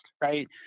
right